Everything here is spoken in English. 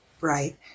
Right